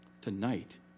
tonight